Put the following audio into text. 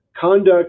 conduct